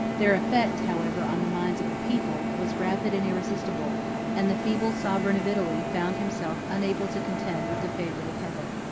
their effect, however, on the minds of the people, was rapid and irresistible and the feeble sovereign of italy found himself unable to contend with the favorite of heaven.